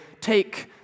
take